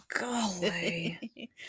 golly